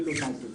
אין להם תעסוקה.